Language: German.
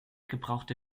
gebrauchte